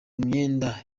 myenda